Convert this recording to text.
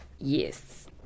Yes